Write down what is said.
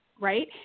right